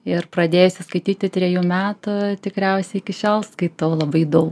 ir pradėjusi skaityti trejų metų tikriausiai iki šiol skaitau labai daug